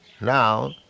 Now